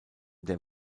der